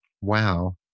Wow